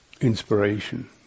Inspiration